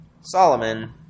Solomon